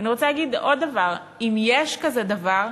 ואני רוצה להגיד עוד דבר: אם יש כזה דבר,